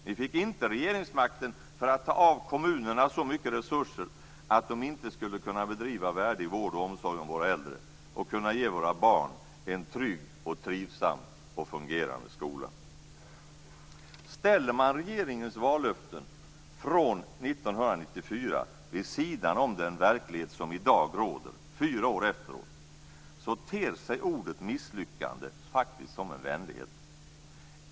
Ni fick inte regeringsmakten för att ta av kommunerna så mycket resurser att de inte skulle kunna bedriva värdig vård och omsorg om våra äldre och kunna ge våra barn en trygg, trivsam och fungerande skola. Ställer man regeringens vallöften från år 1994 vid sidan om den verklighet som i dag råder, fyra år efteråt, så ter sig ordet misslyckande som en vänlighet.